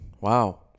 Wow